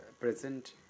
present